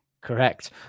correct